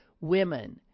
women